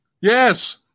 Yes